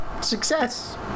success